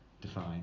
define